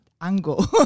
angle